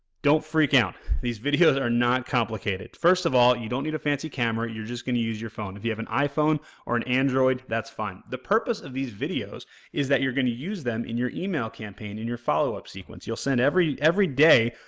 don't freak out, these videos are not complicated. first of all, you don't need a fancy camera, you're just going to use your phone, if you have an iphone or an android, that's fine. the purpose of these videos is that you're going to use them in your email campaign in your follow up sequence, you'll send every every day,